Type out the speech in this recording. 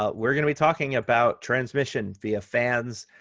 ah we're going to be talking about transmission via fans,